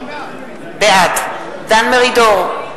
בעד דן מרידור,